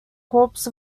corps